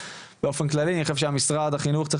באופן כללי אני חושב שמשרד החינוך צריך